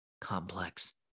complex